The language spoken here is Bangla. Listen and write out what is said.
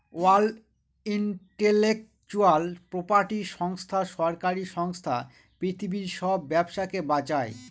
ওয়ার্ল্ড ইন্টেলেকচুয়াল প্রপার্টি সংস্থা সরকারি সংস্থা পৃথিবীর সব ব্যবসাকে বাঁচায়